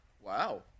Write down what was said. Wow